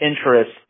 interest